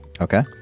Okay